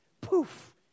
poof